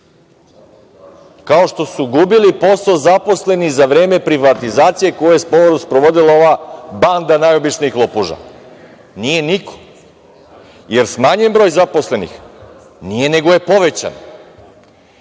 kao što su gubili posao zaposleni za vreme privatizacije koje je sprovodila ova banda najobičnijih lopuža? Nije niko. Jel smanjen broj zaposlenih? Nije, nego je povećan.